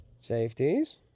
Safeties